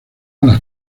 las